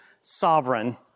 sovereign